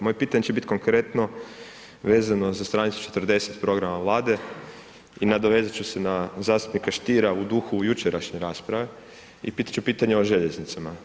Moje pitanje će biti konkretno vezano za stranicu 40. programa Vlade i nadovezat ću se na zastupnika Stiera u duhu jučerašnje rasprave i pitat ću pitanje o željeznicama.